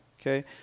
Okay